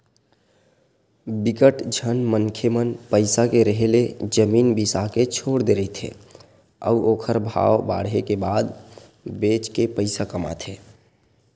बिकट झन मनखे मन पइसा के रेहे ले जमीन बिसा के छोड़ दे रहिथे अउ ओखर भाव बाड़हे के बाद बेच के पइसा कमाथे